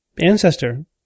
ancestor